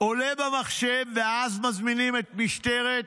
עולה במחשב, ואז מזמינים את משטרת נתב"ג,